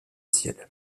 ciel